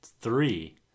three